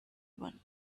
one